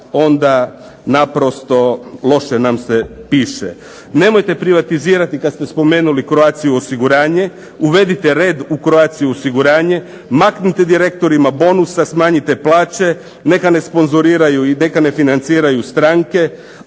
onda naprosto loše nam se piše. Nemojte privatizirati, kad ste spomenuli Croatiu osiguranje, uvedite red u Croatiu osiguranje, maknite direktorima bonuse, smanjite plaće, neka ne sponzoriraju i neka ne financiraju stranke,